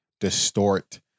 distort